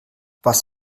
was